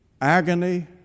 agony